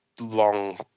long